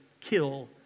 kill